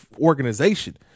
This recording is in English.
organization